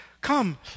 come